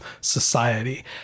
society